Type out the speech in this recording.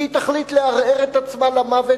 כי היא תחליט לערער את עצמה למוות,